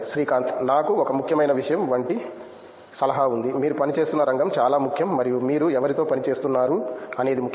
శ్రీకాంత్ నాకు ఒక ముఖ్యమైన విషయం వంటి ఒక సలహా ఉంది మీరు పనిచేస్తున్న రంగం చాలా ముఖ్యం మరియు మీరు ఎవరితో పని చేస్తున్నారు అనేది ముఖ్యం